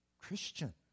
Christian